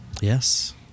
Yes